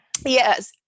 Yes